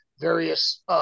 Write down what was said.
various –